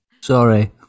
Sorry